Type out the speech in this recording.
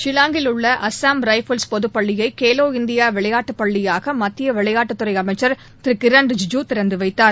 ஷில்லாங்கில் உள்ள அஸ்ஸாம் ரைஃபில்ஸ் பொதுப்பள்ளியை கேலோ இந்தியா விளையாட்டு பள்ளியாக மத்திய விளையாட்டுத்துறை அமைச்சர் திரு கிரண் ரிஜிஜு திறந்து வைத்தார்